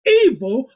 evil